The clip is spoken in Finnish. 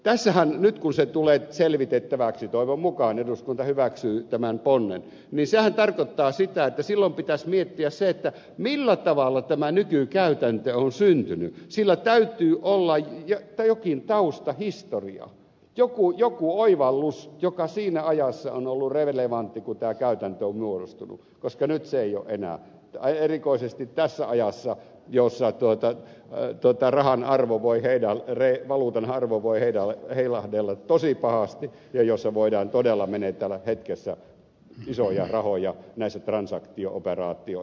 tässähän nyt kun se tulee selvitettäväksi toivon mukaan eduskunta hyväksyy tämän ponnen niin sehän tarkoittaa sitä että silloin pitäisi miettiä se millä tavalla tämä nykykäytäntö on syntynyt sillä täytyy olla jokin taustahistoria joku oivallus joka siinä ajassa on ollut relevantti kun tämä käytäntö on muodostunut koska nyt se ei ole sitä enää erikoisesti tässä ajassa jossa on tuota tuota rahan arvo voi tehdä free valuutan arvo voi heilahdella tosi pahasti ja jossa voidaan todella menettää hetkessä isoja rahoja näissä transaktio operaatioissa